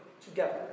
together